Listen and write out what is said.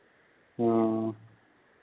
हाँ